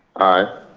aye.